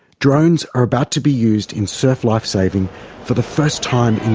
drones are about to be used in surf life saving for the first time in